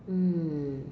mm